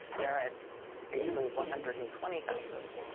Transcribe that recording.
they are at basically one hundred and twenty thousand.